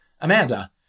Amanda